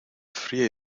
fría